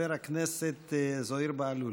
חבר הכנסת זוהיר בהלול.